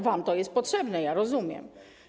Wam to jest potrzebne, ja rozumiem.